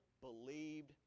believed